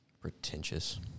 Pretentious